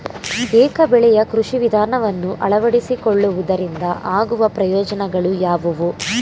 ಏಕ ಬೆಳೆಯ ಕೃಷಿ ವಿಧಾನವನ್ನು ಅಳವಡಿಸಿಕೊಳ್ಳುವುದರಿಂದ ಆಗುವ ಪ್ರಯೋಜನಗಳು ಯಾವುವು?